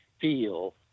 feel